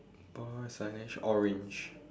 bar signage orange